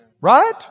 Right